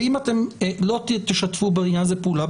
ואם אתם לא תשתפו בעניין הזה פעולה,